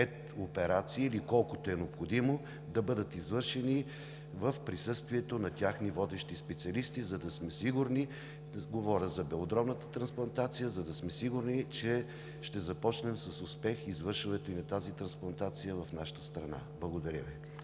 пет операции или колкото е необходимо, да бъдат извършени в присъствието на техни водещи специалисти, за да сме сигурни – говоря за белодробната трансплантация, че ще започнем с успех извършването на тази трансплантация в нашата страна. Благодаря Ви.